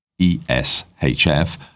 ESHF